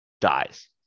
dies